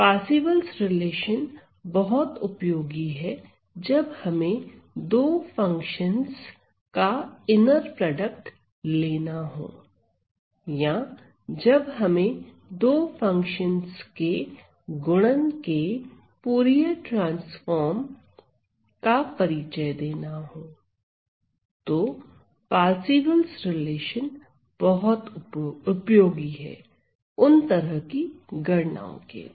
Parseval relation Parseval's relation बहुत उपयोगी है जब हमें दो फंक्शंस का इनर प्रोडक्ट लेना हो या जब हमें दो फंक्शंस के गुणन के फूरिये ट्रांसफार्म का परिचय देना हो तो पारसीवल रिलेशन Parseval's relation बहुत उपयोगी है उन तरह की गणनाओं के लिए